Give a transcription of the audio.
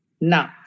Now